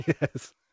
Yes